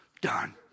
Done